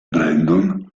brandon